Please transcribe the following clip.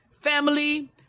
family